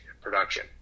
production